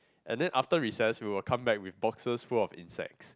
and then after recess will come back with boxes full of insects